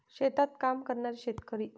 शेतात काम करणारे शेतकरी